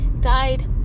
died